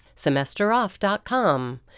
semesteroff.com